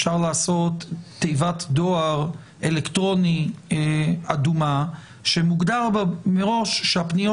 אפשר לעשות תיבת דואר אלקטרוני אדומה שמוגדר בה מראש שהפניות